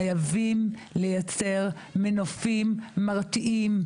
חייבים לייצר מנופים מרתיעים,